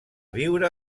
viure